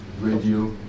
radio